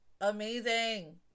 amazing